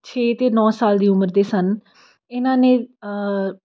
ਛੇ ਅਤੇ ਨੌ ਸਾਲ ਦੀ ਉਮਰ ਦੇ ਸਨ ਇਹਨਾਂ ਨੇ